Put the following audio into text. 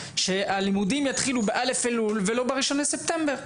שהלימודים יתחילו ב-א' אלול ולא ב-1 בספטמבר.